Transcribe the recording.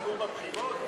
הציבור בבחירות?